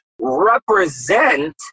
represent